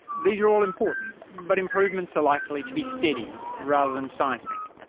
these are all important, but improvements are likely to be steady rather than seismic.